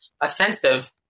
offensive